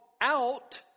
out